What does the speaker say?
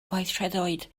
gweithredoedd